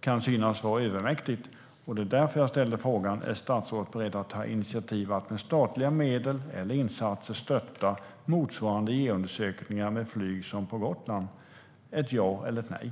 kan synas övermäktigt, och det var därför jag ställde frågan: Är statsrådet beredd att ta initiativ till att med statliga medel eller insatser stötta motsvarande geoundersökningar med flyg som på Gotland? Ja eller nej?